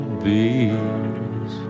bees